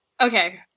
Okay